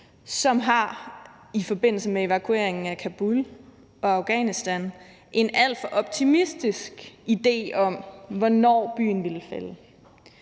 som i forbindelse med evakueringen af Kabul og Afghanistan havde en alt for optimistisk idé om, hvornår byen ville falde.